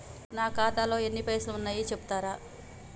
నా ఖాతాలో ఎన్ని పైసలు ఉన్నాయి చెప్తరా?